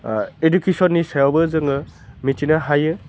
इडुकेशननि सायावबो जोङो मिथिनो हायो